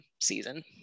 season